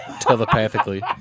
Telepathically